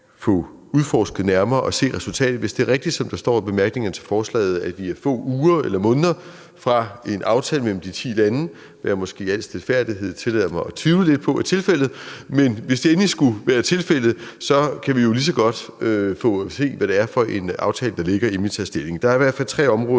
få udforsket nærmere og se resultatet af. Hvis det er rigtigt, som der står i bemærkningerne til forslaget, at vi er få uger eller måneder fra en aftale mellem de ti lande, hvad jeg måske i al stilfærdighed tillader mig at tvivle lidt på er tilfældet, så kan vi jo lige så godt få at se, hvad det er for en aftale, der ligger, inden vi tager stilling. Der er i hvert fald tre områder,